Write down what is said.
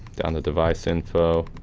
down to device info.